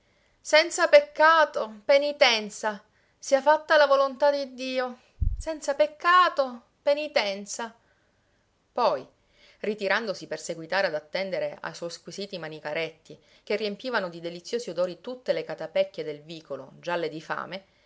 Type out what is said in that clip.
senza peccato penitenza sia fatta la volontà di dio senza peccato penitenza poi ritirandosi per seguitare ad attendere a suoi squisiti manicaretti che riempivano di deliziosi odori tutte le catapecchie del vicolo gialle di fame